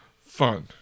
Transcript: fun